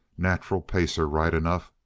nacheral pacer, right enough.